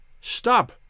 Stop